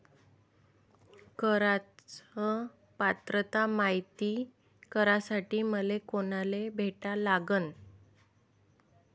कराच पात्रता मायती करासाठी मले कोनाले भेटा लागन?